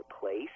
place